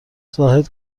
زاهد